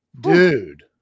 Dude